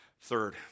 Third